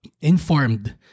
informed